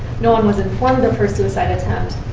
no one was informed of her suicide attempt,